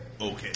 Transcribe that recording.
okay